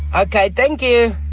okay, thank you.